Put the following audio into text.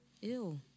Ew